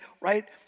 right